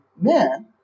men